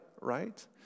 right